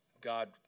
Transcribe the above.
God